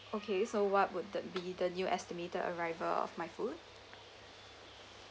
okay so what would that be the new estimated arrival of my food